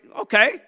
okay